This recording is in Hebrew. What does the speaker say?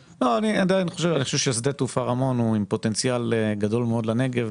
עדיין אני חושב ששדה תעופה רמון עם פוטנציאל גדול מאוד לנגב.